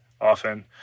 often